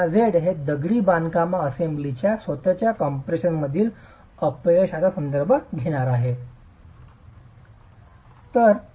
σz हे दगडी बांधकामा असेंब्लीच्या स्वतःच्या कॉम्प्रेशनमधील अपयशाचा संदर्भ घेणार आहे